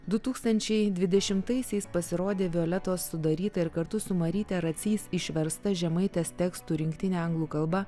du tūkstančiai dvidešimtaisiais pasirodė violetos sudaryta ir kartu su maryte racys išversta žemaitės tekstų rinktinė anglų kalba